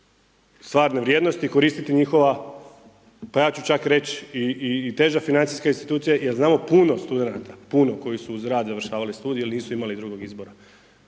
stvarne vrijednosti i koristiti njihova pa ja ću čak reći i teža financijska … jer znamo puno studenata, puno koji su uz rad završavali studij jer nisu imali drugog izbora